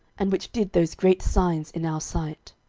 and which did those great signs in our sight,